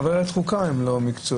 גם חברי ועדת החוקה הם לא מקצועיים.